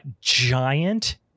giant